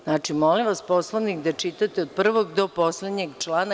Znači, molim vas da Poslovnik čitate od prvog do poslednjeg člana.